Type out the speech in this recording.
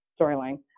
storyline